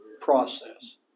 process